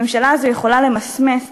הממשלה הזאת יכולה למסמס,